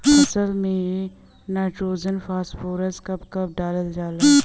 फसल में nitrogen phosphorus कब कब डालल जाला?